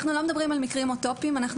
אנחנו לא מדברים על מקרים אוטופיים אלא